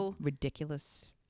ridiculous